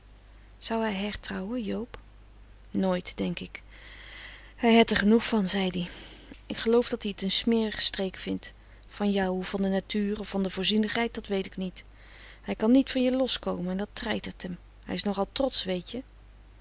zou hij hertrouwen joob nooit denk ik hij het er genoeg van zei-d-ie ik geloof dat ie het n smerige streek vindt van jou of van de natuur of van de voorzienigheid dat weet ik niet hij kan niet van je loskomen en dat treitert hem hij is nog al trots weet je